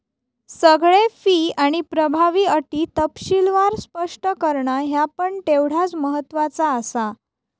सगळे फी आणि प्रभावी अटी तपशीलवार स्पष्ट करणा ह्या पण तेवढाच महत्त्वाचा आसा